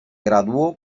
graduó